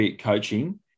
coaching